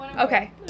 Okay